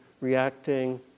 reacting